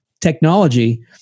technology